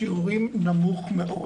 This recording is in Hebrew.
שיעור נמוך מאוד.